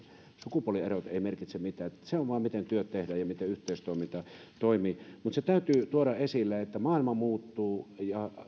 sukupuolierot eivät merkitse mitään vaan se miten työt tehdään ja miten yhteistoiminta toimii mutta se täytyy tuoda esille että maailma muuttuu ja